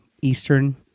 Eastern